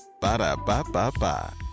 Ba-da-ba-ba-ba